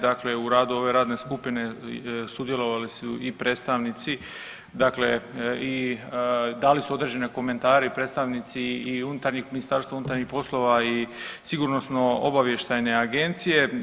Dakle, u radu ove radne skupine sudjelovali su i predstavnici dakle dali su određene komentare i predstavnici i unutarnjih, MUP-a i Sigurnosno-obavještajne agencije.